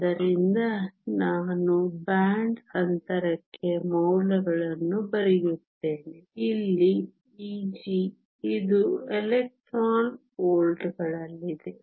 ಆದ್ದರಿಂದ ನಾನು ಬ್ಯಾಂಡ್ ಅಂತರಕ್ಕೆ ಮೌಲ್ಯಗಳನ್ನು ಬರೆಯುತ್ತೇನೆ ಇಲ್ಲಿ Eg ಇದು ಎಲೆಕ್ಟ್ರಾನ್ ವೋಲ್ಟ್ಗಳಲ್ಲಿದೆ